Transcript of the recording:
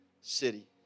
city